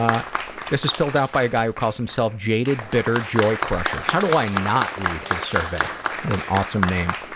ah this is filled out by a guy who calls him self jaded bitter joy crusher. how do i not read his survey? what an awesome name.